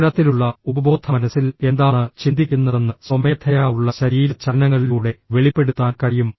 ആഴത്തിലുള്ള ഉപബോധമനസ്സിൽ എന്താണ് ചിന്തിക്കുന്നതെന്ന് സ്വമേധയാ ഉള്ള ശരീര ചലനങ്ങളിലൂടെ വെളിപ്പെടുത്താൻ കഴിയും